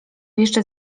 jeszcze